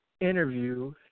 interview